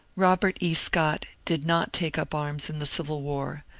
robert e. scott did not take up arms in the civil war,